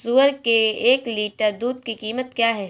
सुअर के एक लीटर दूध की कीमत क्या है?